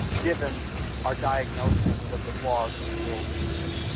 given our diagnosis of the flaws in the world as it is.